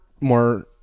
more